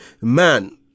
man